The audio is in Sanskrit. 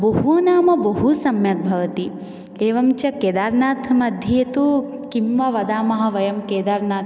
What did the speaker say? बहु नाम बहु सम्यक् भवति एवञ्च केदार्नाथमध्ये तु किं वा वदामः वयं केदार्नाथ